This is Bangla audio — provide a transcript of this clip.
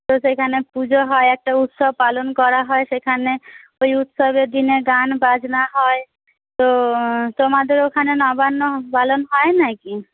তো সেখানে পুজো হয় একটা উৎসব পালন করা হয় সেখানে ওই উৎসবের দিনে গান বাজনা হয় তো তোমাদের ওখানে নবান্ন পালন হয় না কি